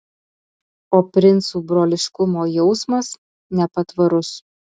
o princų broliškumo jausmas nepatvarus